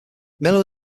miller